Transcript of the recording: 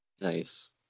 Nice